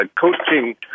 coaching